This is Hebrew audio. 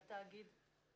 לתאגיד?